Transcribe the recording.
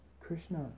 Krishna